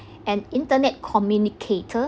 an internet communicator